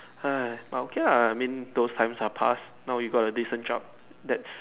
but okay lah I mean those times are passed now you got a decent job that's